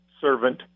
Servant